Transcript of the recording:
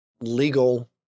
legal